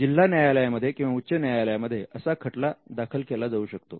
जिल्हा न्यायालय मध्ये किंवा उच्च न्यायालयामध्ये असा खटला दाखल केला जाऊ शकतो